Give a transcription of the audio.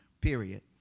period